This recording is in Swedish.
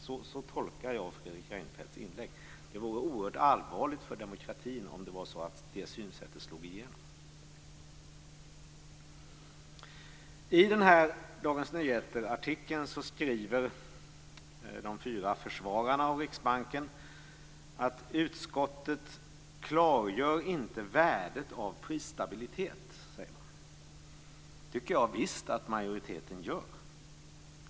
Så tolkar jag Fredrik Reinfeldts inlägg. Det vore allvarligt för demokratin om det synsättet slog igenom. I artikeln i Dagens Nyheter skriver de fyra försvararna av Riksbanken att utskottet inte klargör värdet av prisstabilitet. Jag tycker att majoriteten gör det.